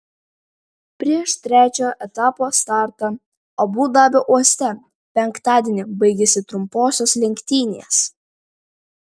prieš trečiojo etapo startą abu dabio uoste penktadienį baigėsi trumposios lenktynės